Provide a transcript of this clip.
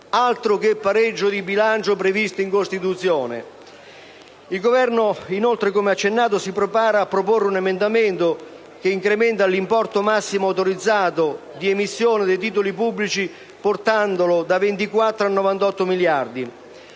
altro che pareggio di bilancio previsto in Costituzione! Il Governo, inoltre, come accennato, si prepara a proporre un emendamento che incrementa l'importo massimo autorizzato di emissione dei titoli pubblici, portandolo da 24 a 98 miliardi